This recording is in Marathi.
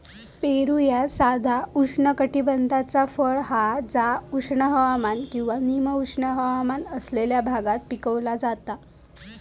पेरू ह्या साधा उष्णकटिबद्धाचा फळ हा जा उष्ण हवामान किंवा निम उष्ण हवामान असलेल्या भागात पिकवला जाता